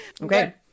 Okay